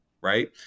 right